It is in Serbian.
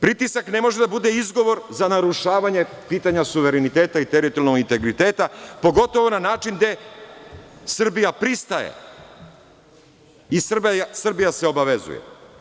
Pritisak ne može da bude izgovor za narušavanje pitanja suvereniteta i teritorijalnog integriteta, pogotovo na način gde Srbija pristaje i Srbija se obavezuje.